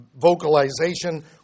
vocalization